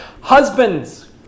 husbands